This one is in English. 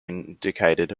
indicated